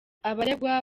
abaregwa